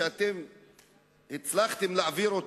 שהצלחתם להעביר,